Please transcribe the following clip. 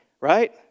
Right